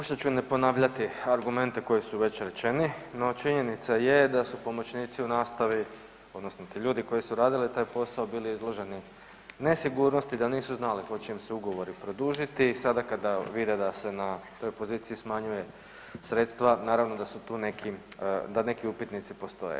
Pokušat ću ne ponavljati argumente koji su već rečeni, no činjenica je da su pomoćnici u nastavi odnosno ti ljudi koji su radili taj posao bili izloženi nesigurnosti, da nisu znali hoće li im se ugovori produžiti i sada kada vide da se na toj poziciji smanjuje sredstava, naravno da neki upitnici postoje.